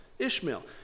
ishmael